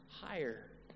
higher